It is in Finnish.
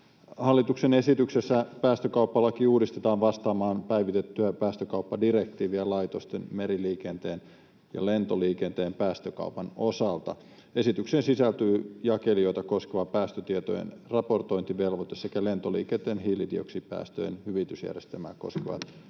Hallituksen esityksessä päästökauppalaki uudistetaan vastaamaan päivitettyä päästökauppadirektiiviä laitosten, meriliikenteen ja lentoliikenteen päästökaupan osalta. Esitykseen sisältyy jakelijoita koskeva päästötietojen raportointivelvoite sekä lentoliikenteen hiilidioksidipäästöjen hyvitysjärjestelmää koskevat